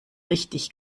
richtig